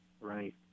Right